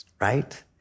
right